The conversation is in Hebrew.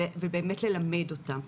ובאמת ללמד אותם.